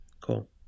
cool